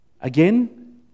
Again